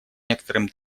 некоторым